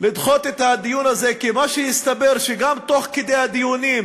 את הדיון הזה, כי מה שהסתבר, גם תוך כדי הדיונים